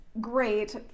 great